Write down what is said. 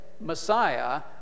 Messiah